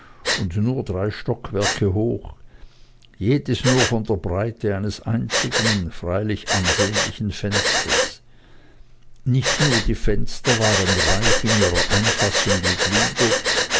und nur drei stockwerke hoch jedes nur von der breite eines einzigen freilich ansehnlichen fensters nicht nur die fenster waren reich in ihrer einfassung gegliedert